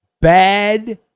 Bad